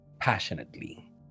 passionately